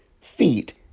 feet